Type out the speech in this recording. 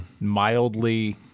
mildly